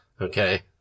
Okay